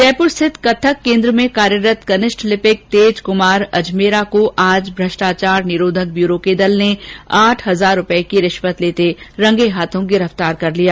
जयपुर स्थित कत्थक केन्द्र में कार्यरत कनिष्ठ लिपिक तेज कुमार अजमेरा को भ्रष्टाचारा निरोधक ब्यूरो के दल ने आज आठ हजार रूपए की रिश्वत र्लेते रंगे हाथों गिरफ्तार कर लिया